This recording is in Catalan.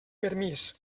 permís